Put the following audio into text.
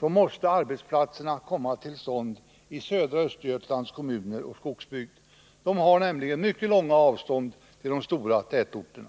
måste arbetsplatserna tillskapas i södra Östergötlands kommuner och skogsbygd. De boende där har nämligen mycket stora avstånd till de stora tätorterna.